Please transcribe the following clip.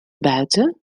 buiten